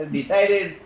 Decided